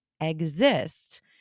exist